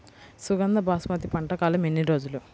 సుగంధ బాసుమతి పంట కాలం ఎన్ని రోజులు?